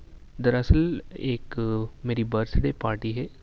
دراصل ایک میری برتھ ڈے پارٹی ہے